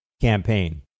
campaign